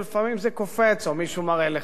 אבל לפעמים זה קופץ, או מישהו מראה לך.